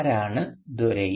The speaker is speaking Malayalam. ആരാണ് ദോരൈ